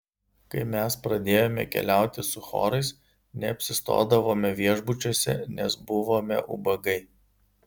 kai mes pradėjome keliauti su chorais neapsistodavome viešbučiuose nes buvome ubagai